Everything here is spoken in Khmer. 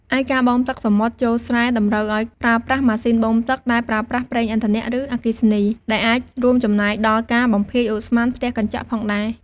ឯការបូមទឹកសមុទ្រចូលស្រែតម្រូវឱ្យប្រើប្រាស់ម៉ាស៊ីនបូមទឹក ដែលប្រើប្រាស់ប្រេងឥន្ធនៈ ឬអគ្គិសនី ដែលអាចរួមចំណែកដល់ការបំភាយឧស្ម័នផ្ទះកញ្ចក់ផងដែរ។